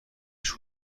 عشق